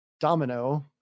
Domino